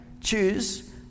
choose